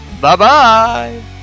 Bye-bye